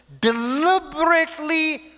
deliberately